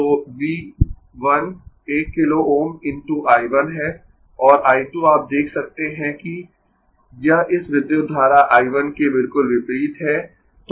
तो V 1 1 kilo Ω × I 1 है और I 2 आप देख सकते है कि यह इस विद्युत धारा I 1 के बिल्कुल विपरीत है